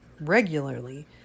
regularly